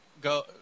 go